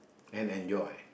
and enjoy